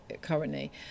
currently